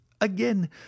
again